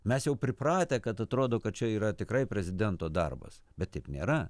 mes jau pripratę kad atrodo kad čia yra tikrai prezidento darbas bet taip nėra